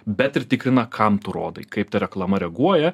bet ir tikrina kam tu rodai kaip ta reklama reaguoja